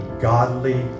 godly